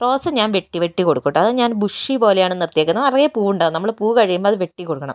rose ഞാൻ വെട്ടി വെട്ടി കൊടുക്കും കേട്ടോ അത് ഞാൻ ബുഷിപോലെയാണ് നിർത്തിയിരിക്കുന്നത് നിറയെ പൂവുണ്ടാവും നമ്മൾ പൂവ് കഴിയുമ്പം അത് വെട്ടിക്കൊടുക്കണം